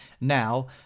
now